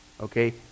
Okay